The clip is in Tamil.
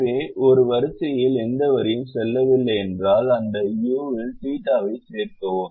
எனவே ஒரு வரிசையில் எந்த வரியும் செல்லவில்லை என்றால் அந்த u இல் தீட்டாவைச் θ சேர்க்கவும்